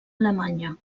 alemanya